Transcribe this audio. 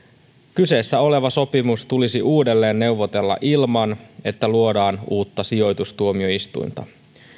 kyseessä oleva sopimus tulisi neuvotella uudelleen ilman että luodaan uutta sijoitustuomioistuinta